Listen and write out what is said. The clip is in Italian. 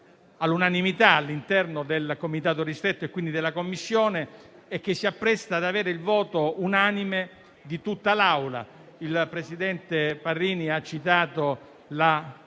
all'unanimità all'interno del comitato ristretto e quindi della Commissione e che si appresta ad avere il voto unanime di tutta l'Assemblea. Il presidente Parini ha citato il